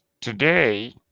Today